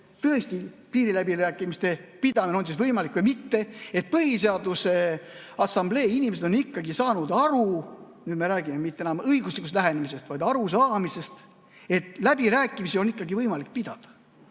tõesti piiriläbirääkimiste pidamine on siis võimalik või mitte? Põhiseaduse Assamblee inimesed on ikkagi saanud aru – nüüd me ei räägi enam õiguslikust lähenemisest, vaid arusaamisest –, et läbirääkimisi on ikkagi võimalik pidada.